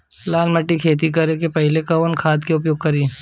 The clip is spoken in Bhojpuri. लाल माटी में खेती करे से पहिले कवन खाद के उपयोग करीं?